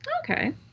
Okay